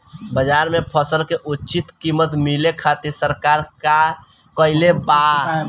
बाजार में फसल के उचित कीमत मिले खातिर सरकार का कईले बाऽ?